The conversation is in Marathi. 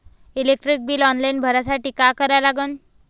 इलेक्ट्रिक बिल ऑनलाईन भरासाठी का करा लागन?